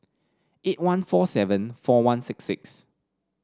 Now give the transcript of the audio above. eight one four seven four one six six